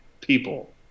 people